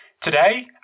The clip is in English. Today